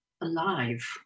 alive